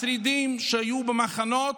השרידים שהיו במחנות,